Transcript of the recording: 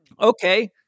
okay